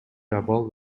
абал